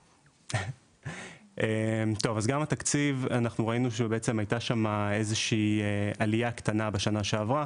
ראינו שבשנה שעברה הייתה עלייה קטנה בתקציב,